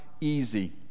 easy